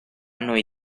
noi